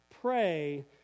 Pray